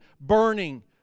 burning